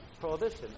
prohibition